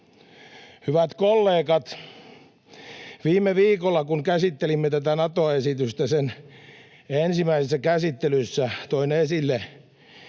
Hyvät kollegat, viime viikolla kun käsittelimme tätä Nato-esitystä sen ensimmäisessä käsittelyssä, toin esille,